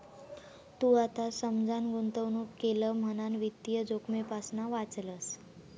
तू आता समजान गुंतवणूक केलं म्हणान वित्तीय जोखमेपासना वाचलंस